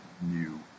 new